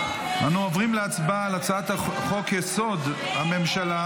אנו עוברים להצבעה על הצעת חוק-יסוד: הממשלה